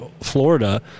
Florida